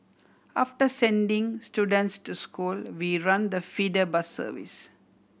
after sending students to school we run the feeder bus service